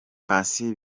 patient